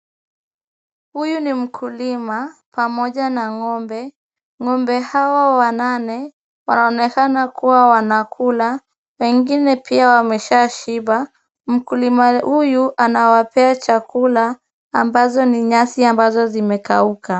Huyu ni mkulima, pamoja na ng'ombe. Ng'ombe hawa wanane, wanaonekana kuwa wanakula, pengine pia wameshashiba. Mkulima huyu anawapea chakula ambazo ni nyasi ambazo zimekauka.